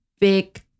big